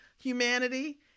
humanity